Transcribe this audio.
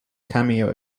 cameo